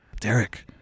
Derek